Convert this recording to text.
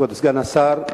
כבוד סגן השר,